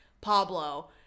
Pablo